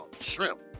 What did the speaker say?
shrimp